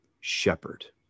shepherd